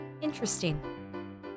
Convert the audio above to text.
Interesting